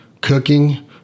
cooking